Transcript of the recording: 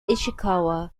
ishikawa